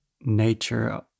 nature